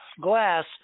glass